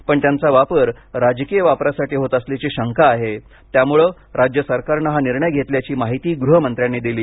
पण त्यांचा वापर राजकीय वापरासाठी होत असल्याची शंका आहे त्यामुळे राज्य सरकारने हा निर्णय घेतल्याची माहिती गृहमंत्र्यांनी दिली